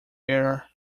air